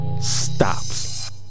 stops